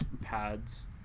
pads